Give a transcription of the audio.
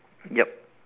yup